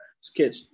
sketch